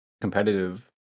competitive